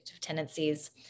tendencies